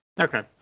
Okay